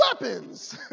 weapons